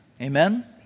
Amen